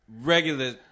regular